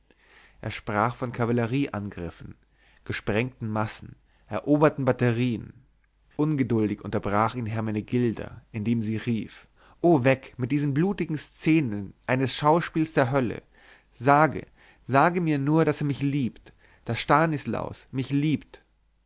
er sprach von kavallerieangriffen gesprengten massen eroberten batterien ungeduldig unterbrach ihn hermenegilda indem sie rief oh weg mit diesen blutigen szenen eines schauspiels der hölle sage sage mir nur daß er mich liebt daß stanislaus mich liebt